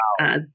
Wow